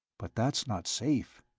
but that's not safe.